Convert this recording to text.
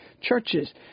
churches